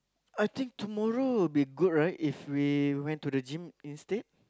I think tomorrow will be good right if we went to the gym instead